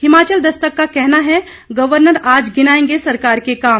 हिमाचल दस्तक का कहना है गवर्नर आज गिनाएंगे सरकार के काम